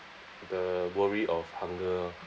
the worry of hunger